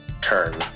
turn